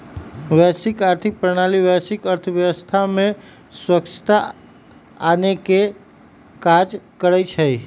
वैश्विक आर्थिक प्रणाली वैश्विक अर्थव्यवस्था में स्वछता आनेके काज करइ छइ